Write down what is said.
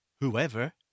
whoever